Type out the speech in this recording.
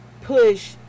push